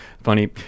Funny